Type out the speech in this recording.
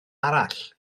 arall